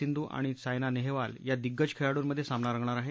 सिंधू आणि सायना नेहवाल या दिग्गज खेळाड्रंमध्ये सामना रंगणार आहे